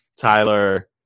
Tyler